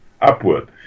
upward